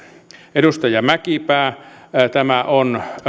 edustaja mäkipää tämä on